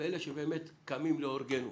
ואלה שאמת קמים להרגנו